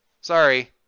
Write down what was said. sorry